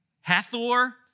Hathor